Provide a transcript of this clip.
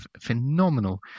phenomenal